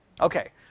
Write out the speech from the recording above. Okay